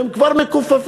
הם כבר מכופפים,